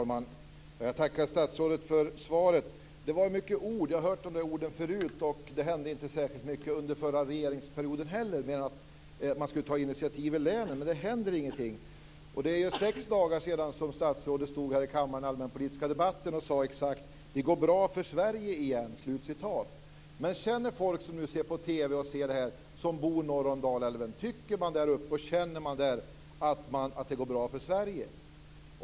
Herr talman! Jag tackar statsrådet för svaret. Det var mycket ord, och jag har hört de orden tidigare. Inte heller under den förra regeringsperioden tog man särskilt mycket av initiativ i länen. Det händer ingenting. Det är sex dagar sedan som statsrådet i den allmänpolitiska debatten sade här i kammaren: "Det går bra för Sverige igen." Men tycker och känner de människor som bor norr om Dalälven och nu ser det här på TV att det går bra för Sverige?